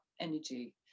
energy